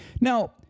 Now